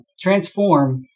transform